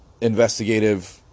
investigative